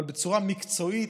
בצורה מקצועית,